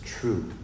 true